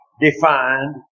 defined